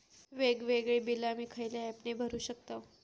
वेगवेगळी बिला आम्ही खयल्या ऍपने भरू शकताव?